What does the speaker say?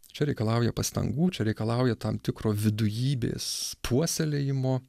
čia reikalauja pastangų čia reikalauja tam tikro vidujybės puoselėjimo